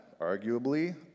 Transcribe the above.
arguably